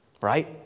Right